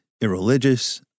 irreligious